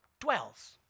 dwells